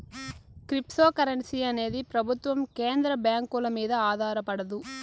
cryptocurrency అనేది ప్రభుత్వం కేంద్ర బ్యాంకుల మీద ఆధారపడదు